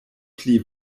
pli